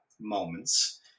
moments